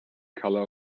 color